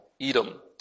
Edom